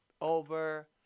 over